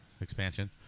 expansion